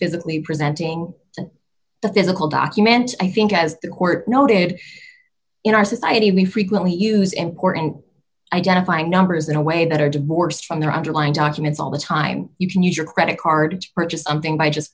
physically presenting the physical document i think as the court noted in our society we frequently use important identifying numbers in a way that are divorced from their underlying documents all the time you can use your credit card to purchase something by just